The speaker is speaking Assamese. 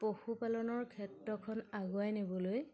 পশুপালনৰ ক্ষেত্ৰখন আগুৱাই নিবলৈ